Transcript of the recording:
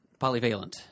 Polyvalent